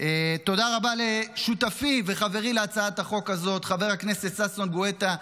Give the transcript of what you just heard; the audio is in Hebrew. תודה רבה לשותפי וחברי להצעת החוק הזאת חבר הכנסת ששון גואטה,